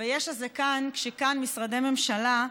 יש"ע זה כאן כשכאן משרדי ממשלה,